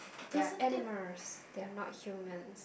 they are animals they are not human